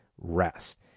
rest